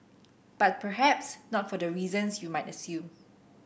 but perhaps not for the reasons you might assume